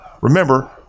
Remember